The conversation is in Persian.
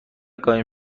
قایم